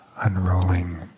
unrolling